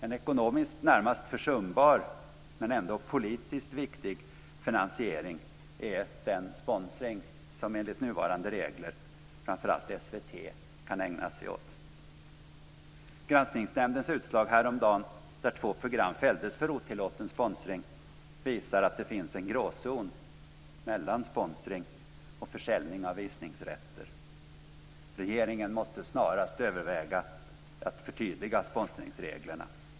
En ekonomiskt närmast försumbar men ändå politiskt viktig finansieringsväg är den sponsring som framför allt SVT enligt nuvarande regler kan ägna sig åt. Granskningsnämndens utslag häromdagen där två program fälldes för otillåten sponsring visar att det finns en gråzon mellan sponsring och försäljning av visningsrätter. Regeringen måste snarast överväga att förtydliga sponsringsreglerna.